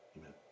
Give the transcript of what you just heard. Amen